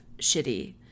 shitty